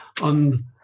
on